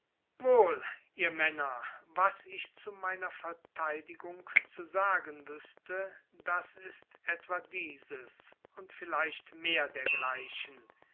ihr männer was ich zu meiner verteidigung zu sagen wüßte das ist etwa dieses und vielleicht mehr dergleichen